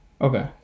Okay